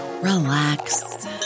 relax